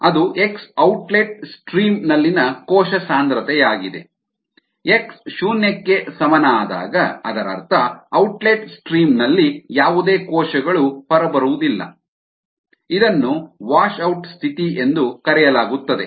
ಅದು x outlet ಸ್ಟ್ರೀಮ್ನಲ್ಲಿನ ಕೋಶ ಸಾಂದ್ರತೆಯಾಗಿದೆ x ಶೂನ್ಯಕ್ಕೆ ಸಮನಾದಾಗ ಅದರರ್ಥ ಔಟ್ಲೆಟ್ ಸ್ಟ್ರೀಮ್ನಲ್ಲಿ ಯಾವುದೇ ಕೋಶಗಳು ಹೊರಬರುವುದಿಲ್ಲ ಇದನ್ನು ವಾಶೌಟ್ ಸ್ಥಿತಿ ಎಂದು ಕರೆಯಲಾಗುತ್ತದೆ